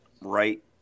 right